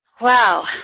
Wow